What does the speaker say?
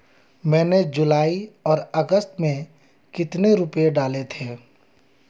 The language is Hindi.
मैंने जुलाई और अगस्त में कितने रुपये डाले थे?